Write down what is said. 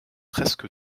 presque